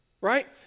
right